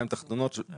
שזה מה